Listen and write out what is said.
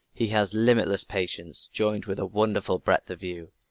he has limitless patience, joined with a wonderful breadth of view.